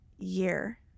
Year